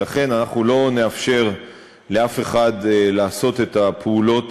ולכן אנחנו לא נאפשר לאף אחד לעשות את הפעולות